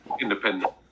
independent